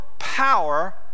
Power